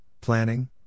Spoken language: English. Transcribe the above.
planning